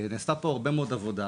נעשתה פה הרבה מאוד עבודה,